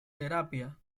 terapia